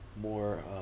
more